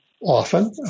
often